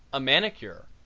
a manicure,